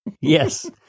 yes